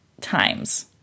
times